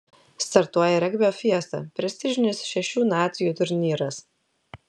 startuoja regbio fiesta prestižinis šešių nacijų turnyras